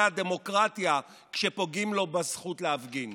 הדמוקרטיה כשפוגעים לו בזכות להפגין.